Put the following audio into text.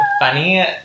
funny